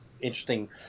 interesting